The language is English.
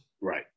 Right